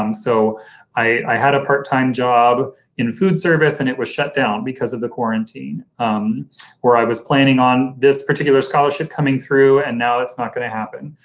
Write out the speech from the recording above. um so i had a part-time job in food service and it was shut down because of the quarantine um or i was planning on this particular scholarship coming through and now it's not going to happen,